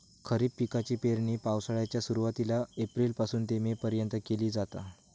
खरीप पिकाची पेरणी पावसाळ्याच्या सुरुवातीला एप्रिल पासून ते मे पर्यंत केली जाता